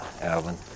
Alvin